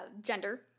gender